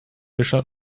bisserl